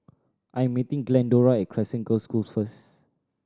I'm meeting Glendora Crescent Girls' School first